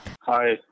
Hi